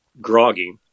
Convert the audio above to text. groggy